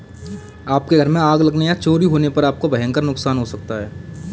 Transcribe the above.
आपके घर में आग लगने या चोरी होने पर आपका भयंकर नुकसान हो सकता है